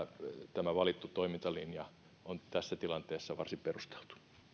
tämä valittu toimintalinja on tässä tilanteessa varsin perusteltu